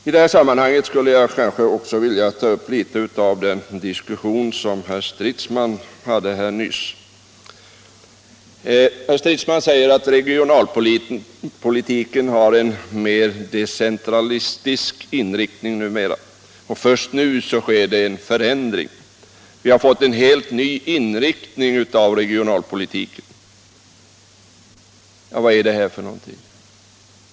I det här sammanhanget vill jag återkomma något till den diskussion som herr Stridsman nyss förde. Han säger att regionalpolitiken har en mer decentralistisk inriktning numera, och att det först nu sker en förändring. Vi har fått en helt ny inriktning av regionalpolitiken. Vad är det här för någonting?